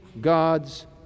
God's